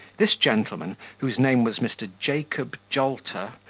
this gentleman, whose name was mr. jacob jolter,